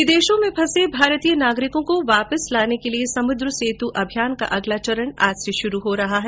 विदेशों में फंसे भारतीय नागरिकों को वापस लाने के समुद्र सेतु अभियान का अगला चरण आज से शुरू हो रहा है